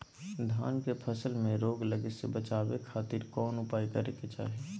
धान के फसल में रोग लगे से बचावे खातिर कौन उपाय करे के चाही?